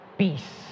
peace